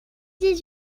dix